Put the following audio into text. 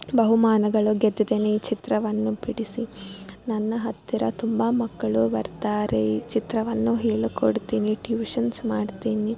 ಬಹುಮಾನಗಳು ಗೆದ್ದಿದ್ದೇನೆ ಈ ಚಿತ್ರವನ್ನು ಬಿಡಿಸಿ ನನ್ನ ಹತ್ತಿರ ತುಂಬ ಮಕ್ಕಳು ಬರುತ್ತಾರೆ ಚಿತ್ರವನ್ನು ಹೇಳಿ ಕೊಡುತ್ತೇನೆ ಟ್ಯೂಷನ್ಸ್ ಮಾಡುತ್ತೇನೆ